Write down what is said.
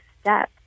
step